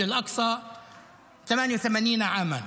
אכבר ---)